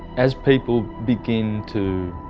as people begin to